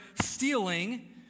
stealing